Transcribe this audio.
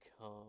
come